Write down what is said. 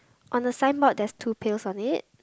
on the signboard there's two pills on it